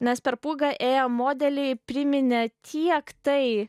nes per pūgą ėję modeliai priminė tiek tai